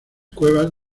cuevas